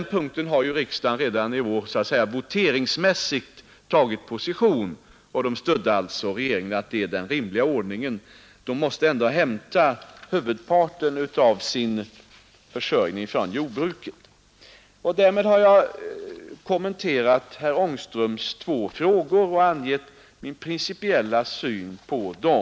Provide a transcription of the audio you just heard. På den punkten har ju riksdagen redan i år så att säga voteringsmässigt tagit position och stött regeringens uppfattning, att detta är en rimlig ordning. De måste ändå hämta huvudparten av sin försörjning fran jordbruket. Därmed har jag kommenterat herr Angströms tvä fragor och angett min principiella syn på dem.